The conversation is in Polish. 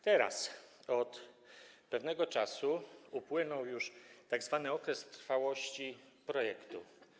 Teraz, od pewnego czasu, upłynął już tzw. okres trwałości projektu.